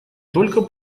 только